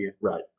Right